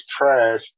trash